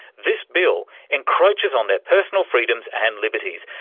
this bill encroaches on their personal freedoms and liberties.